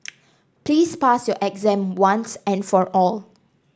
please pass your exam once and for all